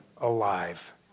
alive